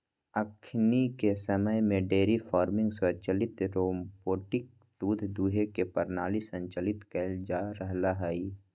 अखनिके समय में डेयरी फार्मिंग स्वचालित रोबोटिक दूध दूहे के प्रणाली संचालित कएल जा रहल हइ